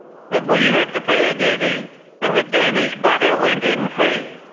that we had to pay a duty and that danish butter went in free.